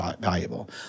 valuable